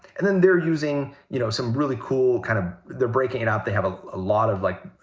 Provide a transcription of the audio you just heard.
and then they're using, you know, some really cool kind of. they're breaking it out. they have a ah lot of, like,